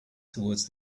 towards